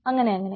അങ്ങനെ അങ്ങനെ